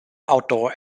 outdoor